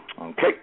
Okay